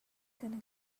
gonna